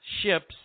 ships